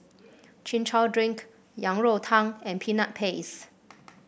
Chin Chow Drink Yang Rou Tang and Peanut Paste